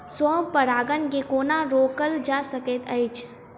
स्व परागण केँ कोना रोकल जा सकैत अछि?